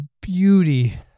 beauty